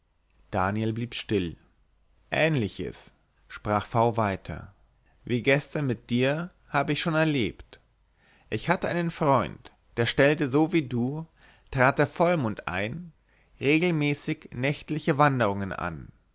daniel blieb still ähnliches sprach v weiter wie gestern mit dir habe ich schon erlebt ich hatte einen freund der stellte so wie du trat der vollmond ein regelmäßig nächtliche wanderungen an